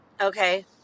Okay